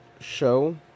show